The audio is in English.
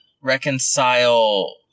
reconcile